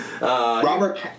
Robert